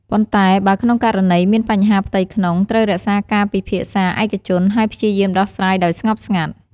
ប៉ុន្តែបើក្នុងករណីមានបញ្ហាផ្ទៃក្នុង ត្រូវរក្សាការពិភាក្សាឯកជន ហើយព្យាយាមដោះស្រាយដោយស្ងប់ស្ងាត់។